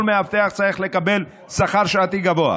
כל מאבטח צריך לקבל שכר שעתי גבוה.